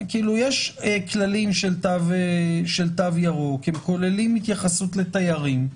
יש כללים של תו ירוק, הם כוללים התייחסות לתיירים.